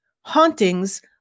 Hauntings